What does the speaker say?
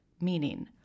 Meaning